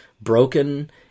broken